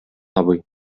абый